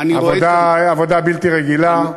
שעושים עבודה בלתי רגילה.